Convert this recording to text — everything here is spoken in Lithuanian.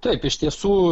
taip iš tiesų